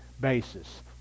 basis